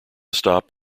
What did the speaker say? stop